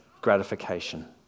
gratification